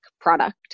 product